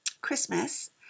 Christmas